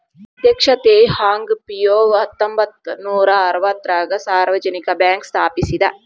ಅಧ್ಯಕ್ಷ Teh Hong Piow ಹತ್ತೊಂಬತ್ ನೂರಾ ಅರವತ್ತಾರಗ ಸಾರ್ವಜನಿಕ ಬ್ಯಾಂಕ್ ಸ್ಥಾಪಿಸಿದ